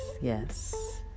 yes